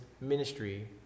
ministry